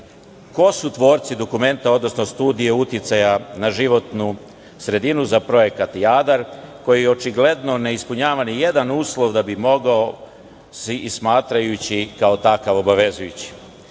ko su tvorci dokumenta, odnosno studije uticaja na životnu sredinu za Projekat „Jadar“, koji očigledno ne ispunjava nijedan uslov da bi se mogao smatrati kao takav obavezujućim?